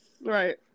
right